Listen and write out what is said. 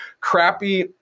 crappy